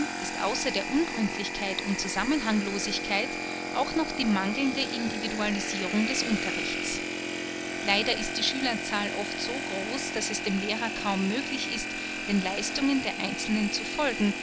ist außer der ungründlichkeit und zusammenhanglosigkeit auch noch die mangelnde individualisirung des unterrichts leider ist die schülerzahl oft so groß daß es dem lehrer kaum möglich ist den leistungen der einzelnen zu folgen